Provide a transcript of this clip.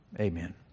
Amen